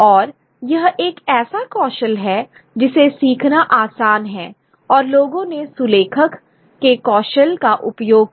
और यह एक ऐसा कौशल है जिसे सीखना आसान है और लोगों ने सुलेखक के कौशल का उपयोग किया